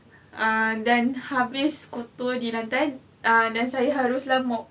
uh and then habis kotor di lantai ah and then saya haruslah mop